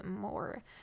more